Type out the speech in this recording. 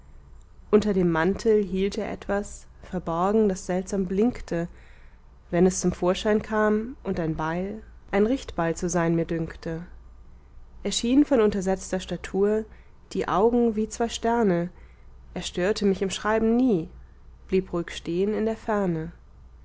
unter dem mantel hielt er etwas verborgen das seltsam blinkte wenn es zum vorschein kam und ein beil ein richtbeil zu sein mir dünkte er schien von untersetzter statur die augen wie zwei sterne er störte mich im schreiben nie blieb ruhig stehn in der ferne